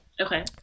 okay